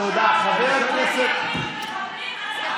מחבלים אתם.